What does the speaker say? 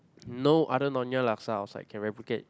no other Nyonya laksa outside can replicate